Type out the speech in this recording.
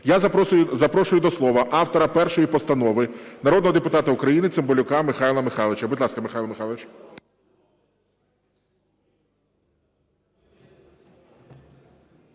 Я запрошую до слова автора першої постанови народного депутата України Цимбалюка Михайла Михайлович. Будь ласка, Михайло Михайлович.